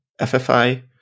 FFI